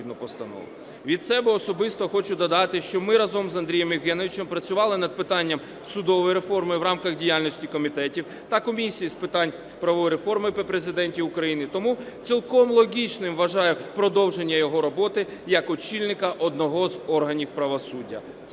Від себе особисто хочу додати, що ми разом з Андрієм Євгеновичем працювали над питанням судової реформи в рамках діяльності комітетів та Комісії з питань правової реформи при Президентові України, тому цілком логічним вважаю продовження його роботи як очільника одного з органів правосуддя